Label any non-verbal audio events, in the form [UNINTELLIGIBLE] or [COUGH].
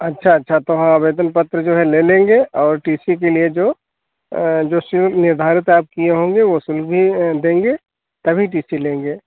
अच्छा अच्छा तो हम आवेदन पत्र जो है ले लेंगे और टी सी के लिए जो जो [UNINTELLIGIBLE] निर्धारित आप किए होंगे वह [UNINTELLIGIBLE] देंगे तभी टी सी लेंगे